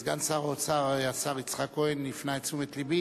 על זה יש משא-ומתן,